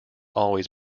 always